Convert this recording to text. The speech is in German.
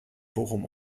bochum